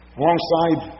alongside